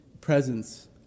presence